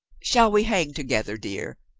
shall we hang to gether, dear?